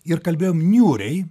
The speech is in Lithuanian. ir kalbėjom niūriai